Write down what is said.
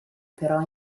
però